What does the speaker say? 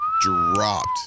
dropped